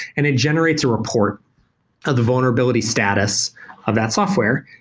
and it generates a report of the vulnerability status of that software.